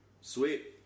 Sweet